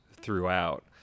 throughout